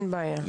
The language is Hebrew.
אין בעיה.